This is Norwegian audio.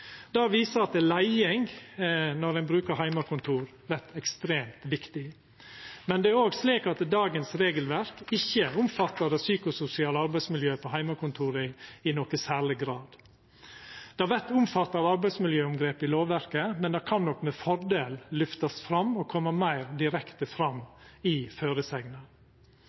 Det viser at når ein brukar heimekontor, vert leiing ekstremt viktig, men det er òg slik at dagens regelverk ikkje omfattar det psykososiale arbeidsmiljøet på heimekontora i noko særleg grad. Det vert omfatta av arbeidsmiljøomgrepet i lovverket, men det kan nok med fordel lyftast fram og koma meir direkte fram i